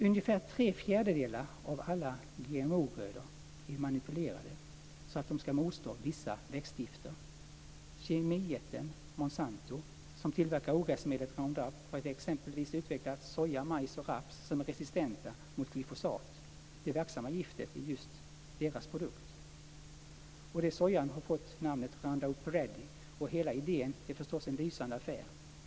Ungefär tre fjärdedelar av alla GMO-grödor är manipulerade så att de skall motstå vissa växtgifter. Roundup har exempelvis utvecklat soja, majs och raps som är resistenta mot glyfosat, det verksamma giftet i just deras produkt. Den sojan har fått namnet Roundup Ready, och hela idén är förstås en lysande affär.